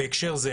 בהקשר זה,